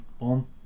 on